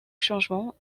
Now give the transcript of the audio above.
changement